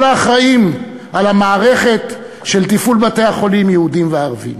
כל האחראים למערכת של תפעול בתי-החולים הם יהודים וערבים.